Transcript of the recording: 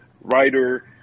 writer